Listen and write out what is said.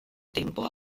tempo